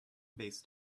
based